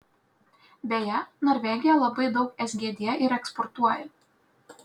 beje norvegija labai daug sgd ir eksportuoja